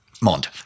Mond